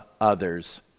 others